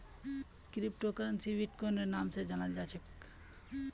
crypto करन्सीक बिट्कोइनेर नाम स जानाल जा छेक